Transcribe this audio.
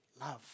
love